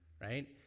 right